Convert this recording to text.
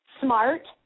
smart